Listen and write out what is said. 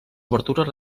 obertures